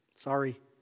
Sorry